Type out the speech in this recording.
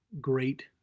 great